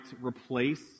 replace